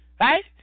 right